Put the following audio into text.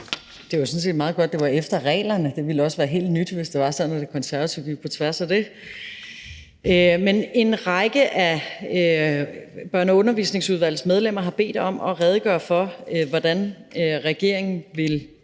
set meget godt, at det var efter reglerne – det ville også være helt nyt, hvis det var sådan, at De Konservative gik på tværs af det. En række af Børne- og Undervisningsudvalgets medlemmer har bedt mig om at redegøre for, hvordan regeringen vil